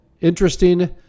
interesting